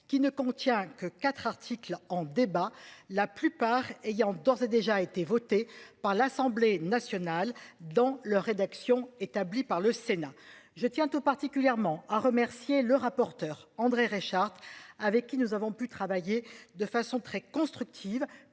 qui ne contient que quatre article en débat la plupart ayant d'ores et déjà été votée par l'Assemblée nationale dans leur rédaction établi par le Sénat. Je tiens tout particulièrement à remercier le rapporteur André Reichardt avec qui nous avons pu travailler de façon très constructive,